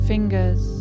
fingers